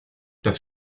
das